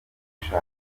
ashaka